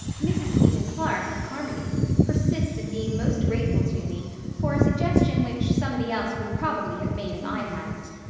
mrs. stephen clark of carmody persists in being most grateful to me for a suggestion which somebody else would probably have made if i hadn't.